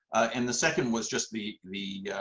and the second was just the the